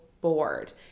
bored